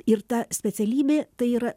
ir ta specialybė tai yra